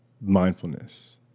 mindfulness